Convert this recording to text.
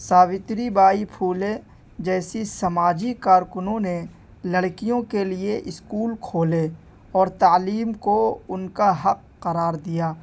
ساوتری بائی پھولے جیسی سماجی کارکنوں نے لڑکیوں کے لیے اسکول کھولے اور تعلیم کو ان کا حق قرار دیا